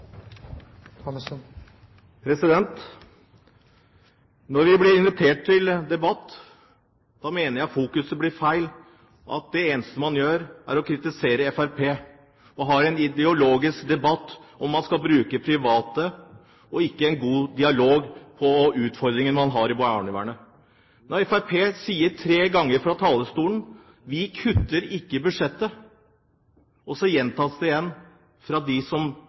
Når vi blir invitert til debatt, mener jeg fokuset blir feil når det eneste man gjør er å kritisere Fremskrittspartiet, og har en ideologisk debatt om man skal bruke private, og ikke en god dialog om de utfordringene man har i barnevernet. Selv om Fremskrittspartiet sier tre ganger fra talerstolen at vi ikke kutter i budsjettet, gjentas det fra dem som ønsker debatt og dialog, at det